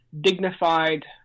dignified